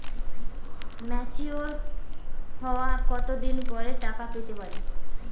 Mature হওয়ার কত দিন পর টাকা পেতে পারি?